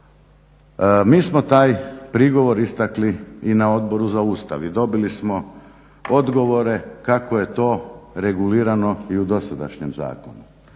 Mi smo taj prigovor istakli i na Odboru za Ustav i dobili smo odgovore kako je to regulirano i u dosadašnjem zakonu,